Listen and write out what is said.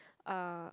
uh